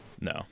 no